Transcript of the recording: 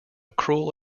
cruel